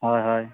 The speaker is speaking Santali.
ᱦᱳᱭ ᱦᱳᱭ